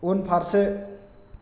उनफारसे